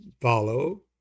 follow